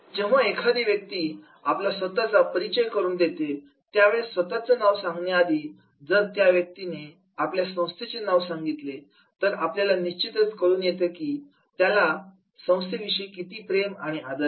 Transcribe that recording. जेव्हा एखादी व्यक्ती आपला स्वतःचा परिचय करून देते त्यावेळेला स्वतःचं नाव सांगण्याआधी जर त्या व्यक्तीने आपल्या संस्थेचे नाव सांगितलं तर आपल्याला निश्चितच कळून येतं की त्याला किती प्रेम आणि आदर आहे